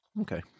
Okay